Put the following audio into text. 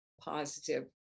positive